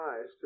eyes